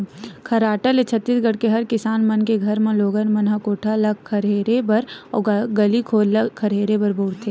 खरेटा ल छत्तीसगढ़ के हर किसान मन के घर म लोगन मन ह कोठा ल खरहेरे बर अउ गली घोर ल खरहेरे बर बउरथे